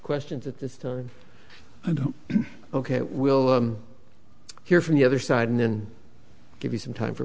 questions at this time i don't ok we'll hear from the other side and then give you some time for